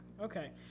Okay